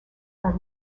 are